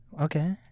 okay